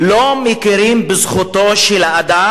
לא מכירים בזכותו של האדם,